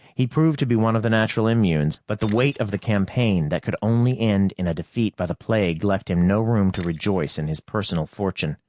he'd proved to be one of the natural immunes, but the weight of the campaign that could only end in a defeat by the plague left him no room to rejoice in his personal fortune.